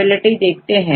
बिलिटी देखते हैं